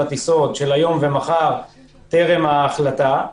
הטיסות של היום ומחר עוד לפני ההחלטה.